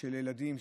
של ילדים,